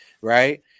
Right